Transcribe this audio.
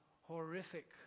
horrific